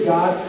God